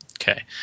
Okay